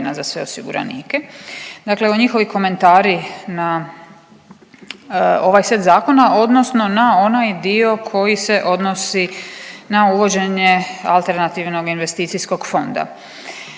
za sve osiguranike. Dakle, njihovi komentari na ovaj set zakona, odnosno na onaj dio koji se odnosi na uvođenje alternativnog investicijskog fonda.